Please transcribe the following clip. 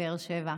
בבאר שבע.